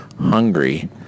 hungry